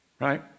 Right